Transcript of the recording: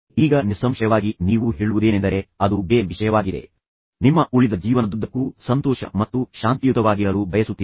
ಈಗ ನಿಸ್ಸಂಶಯವಾಗಿ ನೀವು ಹೇಳುವುದೇನೆಂದರೆ ಅದು ಬೇರೆ ವಿಷಯವಾಗಿದೆ ನಿಮ್ಮ ಉಳಿದ ಜೀವನದುದ್ದಕ್ಕೂ ಸಂತೋಷ ಮತ್ತು ಶಾಂತಿಯುತವಾಗಿರಲು ಬಯಸುತ್ತೀರಿ